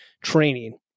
training